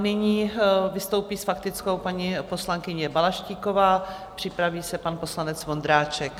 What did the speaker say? Nyní vystoupí s faktickou poznámkou paní poslankyně Balaštíková, připraví se pan poslanec Vondráček.